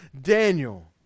Daniel